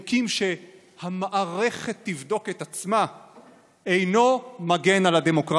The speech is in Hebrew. בנימוק שהמערכת תבדוק את עצמה אינו מגן על הדמוקרטיה,